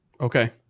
okay